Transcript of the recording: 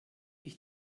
ich